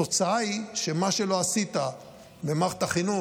התוצאה היא שמה שלא עשית במערכת החינוך,